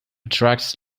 attracts